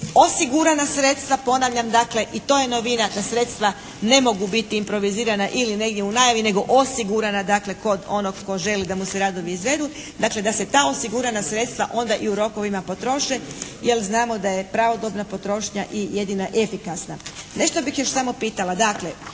osigurana sredstva ponavljam dakle i to je novina, da sredstava ne mogu biti improvizirana ili negdje u najavi nego osigurana dakle kod onog tko želi da mu se radovi izvedu. Dakle da se ta osigurana sredstva onda i u rokovima potroše jer znamo da je pravodobna potrošnja i jedina efikasna. Nešto bih još samo pitala. Dakle